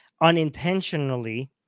unintentionally